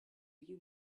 you